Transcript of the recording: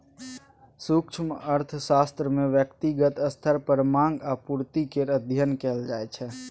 सूक्ष्म अर्थशास्त्र मे ब्यक्तिगत स्तर पर माँग आ पुर्ति केर अध्ययन कएल जाइ छै